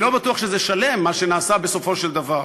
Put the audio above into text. אני לא בטוח שזה שלם, מה שנעשה בסופו של דבר.